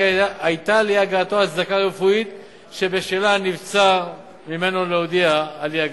היתה לאי-הגעתו הצדקה רפואית שבשלה נבצר ממנו להודיע על אי-הגעתו.